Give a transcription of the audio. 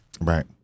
Right